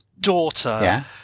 daughter